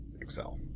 Excel